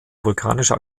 vulkanische